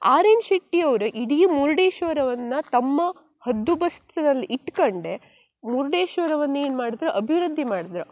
R N ಶೆಟ್ಟಿಯವರು ಇಡೀ ಮುರ್ಡೇಶ್ವರವನ್ನು ತಮ್ಮ ಹದ್ದುಬಸ್ತಿನಲ್ಲಿ ಇಟ್ಕೊಂಡೇ ಮುರ್ಡೇಶ್ವರವನ್ನು ಏನು ಮಾಡ್ದ್ರು ಅಭಿವೃದ್ದಿ ಮಾಡ್ದ್ರು